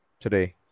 today